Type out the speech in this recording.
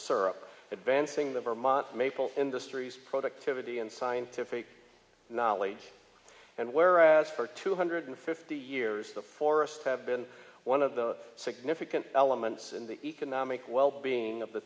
syrup advancing the vermont maple industry's productivity and scientific knowledge and whereas for two hundred fifty years the forests have been one of the significant elements in the economic well being of the